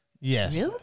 yes